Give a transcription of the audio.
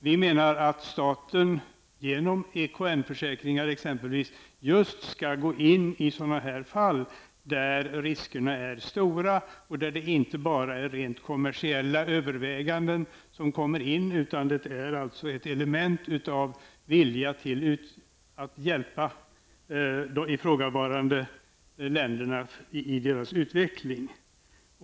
Vi anser att staten genom t.ex. EKN-försäkringar skall gå in i sådana fall där riskerna är stora och där det inte bara handlar om rent kommersiella överväganden. Det måste finnas ett element av vilja att hjälpa de i frågavarande länderna i deras utveckling.